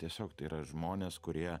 tiesiog tai yra žmonės kurie